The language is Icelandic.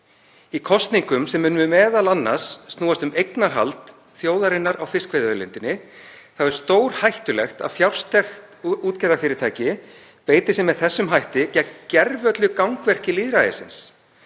Í kosningum sem munu m.a. snúast um eignarhald þjóðarinnar á fiskveiðiauðlindinni er stórhættulegt að fjársterkt útgerðarfyrirtæki beiti sér með þessum hætti gegn gervöllu gangvirki lýðræðisins,